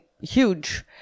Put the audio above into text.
huge